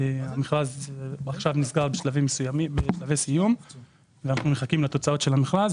המכרז נמצא בשלבי סיום ואנחנו מחכים לתוצאות המכרז.